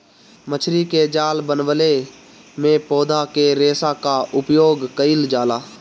मछरी के जाल बनवले में पौधा के रेशा क उपयोग कईल जाला